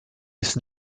ist